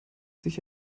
sich